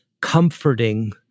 comforting